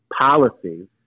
Policies